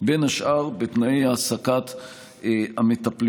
בין השאר בתנאי העסקת המטפלים.